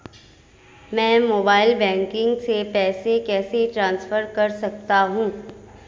मैं mobile banking से पैसे कैसे ट्रांसफर कर सकता हूं?